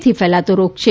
થી ફેલાતો રોગ છે